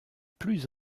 plus